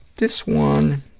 this one